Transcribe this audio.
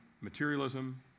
materialism